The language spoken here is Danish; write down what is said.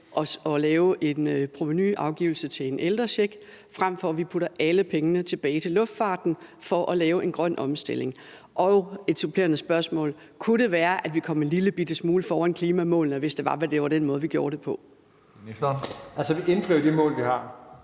at lave en provenuafgivelse til en ældrecheck, frem for at vi putter alle pengene tilbage til luftfarten for at lave en grøn omstilling? Og et supplerende spørgsmål er: Kunne det være, at vi kom en lillebitte smule foran klimamålene, hvis det var den måde, vi gjorde det på? Kl. 13:18 Tredje næstformand